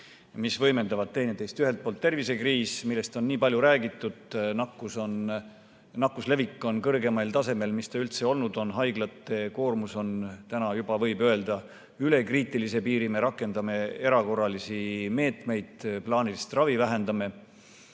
mis võimendavad teineteist. Ühelt poolt tervisekriis, millest on nii palju räägitud, nakkuse levik on kõrgeimal tasemel, mis ta üldse olnud on. Haiglate koormus on – täna juba võib öelda – üle kriitilise piiri. Me rakendame erakorralisi meetmeid, vähendame